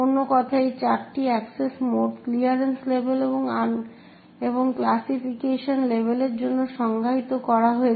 অন্য কথায় এই চারটি এক্সেস মোড ক্লিয়ারেন্স লেভেল এবং ক্লাসিফিকেশন লেভেলের জন্য সংজ্ঞায়িত করা হয়েছে